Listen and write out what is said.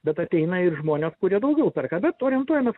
bet ateina ir žmonės kurie daugiau perka bet orientuojamės